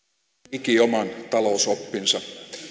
ikioman talousoppinsa